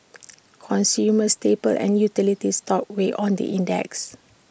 consumer staple and utility stocks weighed on the index